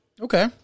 Okay